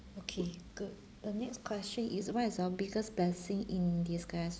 okay good the next question is what is your biggest blessing in disguise